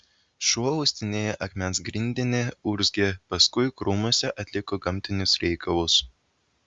šuo uostinėjo akmens grindinį urzgė paskui krūmuose atliko gamtinius reikalus